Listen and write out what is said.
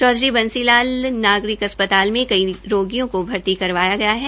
चौधरी देवी लाल नागरिक अस्पताल में कई रोगियों को भर्ती करवाया गया है